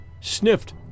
sniffed